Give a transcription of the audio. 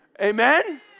amen